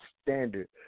standard